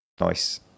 Nice